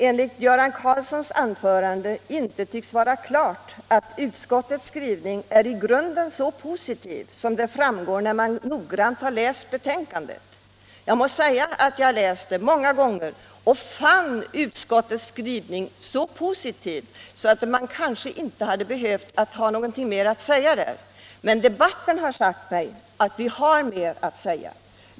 Enligt Göran Karlssons anförande tycks det inte vara klart att utskottets skrivning i grunden är så positiv som det framgår när man noggrant läser betänkandet. Jag måste säga att jag har läst det många gånger och funnit utskottets skrivning så positiv att något mer kanske inte behövt sägas. Men debatten visar att det finns mer att säga.